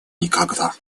никогда